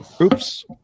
Oops